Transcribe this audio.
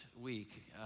week